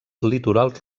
litorals